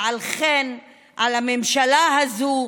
ועל כן על הממשלה הזו,